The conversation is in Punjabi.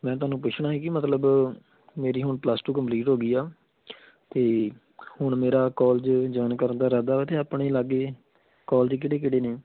ਮੈਂ ਤੁਹਾਨੂੰ ਪੁੱਛਣਾ ਸੀ ਕਿ ਮਤਲਬ ਮੇਰੀ ਹੁਣ ਪਲੱਸ ਟੂ ਕੰਪਲੀਟ ਹੋ ਗਈ ਆ ਅਤੇ ਹੁਣ ਮੇਰਾ ਕੋਲਜ ਜੁਆਇਨ ਕਰਨ ਦਾ ਇਰਾਦਾ ਵਾ ਅਤੇ ਆਪਣੇ ਲਾਗੇ ਕੋਲਜ ਕਿਹੜੇ ਕਿਹੜੇ ਨੇ